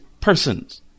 persons